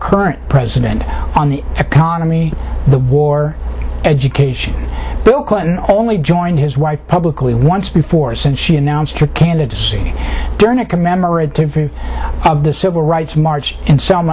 current president on the economy the war education bill clinton only joined his wife publicly once before since she announced her candidacy during a commemorative of the civil rights march in selma